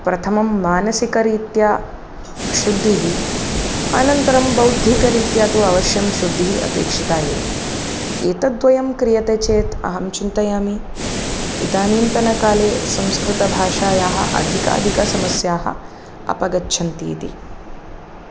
प्रथमं मानसिकरीत्या शुद्धिः अनन्तरं बौद्धिकरीत्या तु अवश्यं शुद्धिः अपेक्षिता एव एतद्द्वयं क्रियते चेत् अहं चिन्तयामि इदानीन्तनकाले संस्कृतभाषायाः अधिकाधिकसमस्याः अपगच्छन्तीति